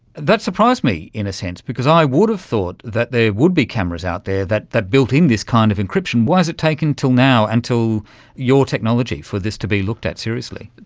that surprised me in a sense because i would have thought that there would be cameras out there that that built in this kind of encryption. why has it taken until now, until your technology, for this to be looked at seriously?